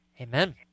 Amen